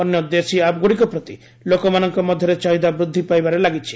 ଅନ୍ୟ 'ଦେଶୀ' ଆପ୍ଗୁଡ଼ିକ ପ୍ରତି ଲୋକମାନଙ୍କ ମଧ୍ୟରେ ଚାହିଦା ବୃଦ୍ଧି ପାଇବାରେ ଲାଗିଛି